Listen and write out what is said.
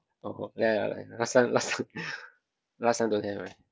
oh oh ya ya like last time last time last time don't have right